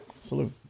Salute